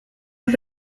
los